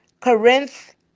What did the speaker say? Corinth